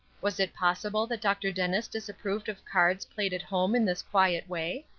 was it possible that dr. dennis disapproved of cards played at home in this quiet way!